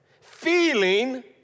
feeling